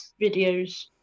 videos